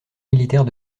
militaire